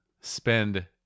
spend